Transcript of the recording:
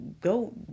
go